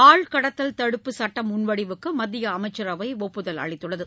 ஆள் கடத்தல் தடுப்பு சுட்ட முன்வடிவுக்கு மத்திய அமைச்சரவை ஒப்புதல் அளித்துள்ளது